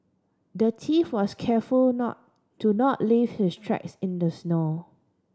the thief was careful not to not leave his tracks in the snow